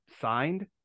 signed